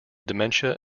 dementia